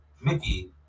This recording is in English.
Mickey